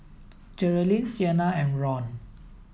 Jerilyn Sienna and Ron